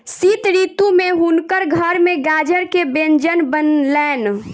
शीत ऋतू में हुनकर घर में गाजर के व्यंजन बनलैन